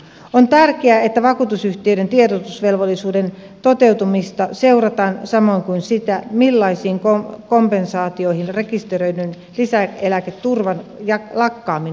on tärkeää että vakuutusyhtiöiden tiedotusvelvollisuuden toteutumista seurataan samoin kuin sitä millaisiin kompensaatioihin rekisteröidyn lisäeläketurvan lakkaaminen johtaa